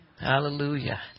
hallelujah